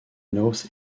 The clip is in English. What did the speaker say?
north